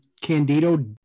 candido